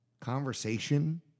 conversation